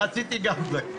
נגד?